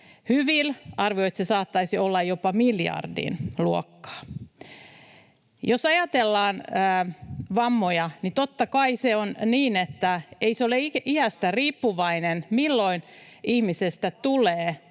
Hyvil arvioi, että se saattaisi olla jopa miljardin luokkaa. Jos ajatellaan vammoja, niin totta kai se on niin, että ei se ole iästä riippuvaista, milloin ihmisestä tulee